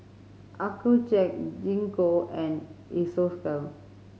Accucheck Gingko and Isocal